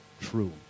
true